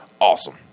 awesome